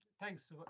thanks